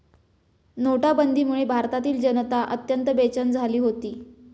नोटाबंदीमुळे भारतातील जनता अत्यंत बेचैन झाली होती